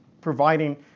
providing